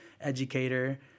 educator